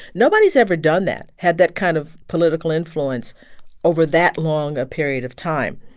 nobody's ever done that, had that kind of political influence over that long a period of time.